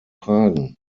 tragen